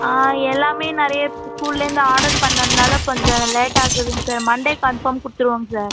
ஆ எல்லாமே நிறைய ஸ்கூல்லேருந்து ஆடர் பண்ணதுனால் கொஞ்சம் லேட்டாகுதுங்க சார் மண்டே கன்ஃபார்ம் கொடுத்துருவோம் சார்